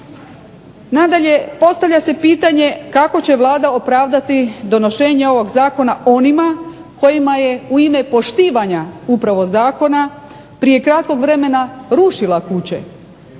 Nadalje, postavlja se pitanje kako će Vlada opravdati donošenje ovog zakona onima kojima je u ime poštivanja upravo zakona prije kratkog vremena rušila kuće,